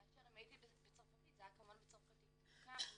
כאשר אם הוא עולה מצרפת, כמובן זה בצרפתית.